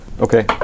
Okay